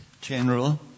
general